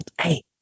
Hey